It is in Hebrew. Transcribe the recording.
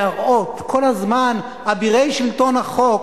להראות, כל הזמן אבירי שלטון החוק